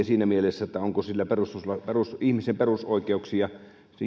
siinä mielessä onko sillä ihmisen perusoikeuksiin ja